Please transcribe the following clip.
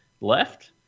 left